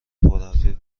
پرحرفی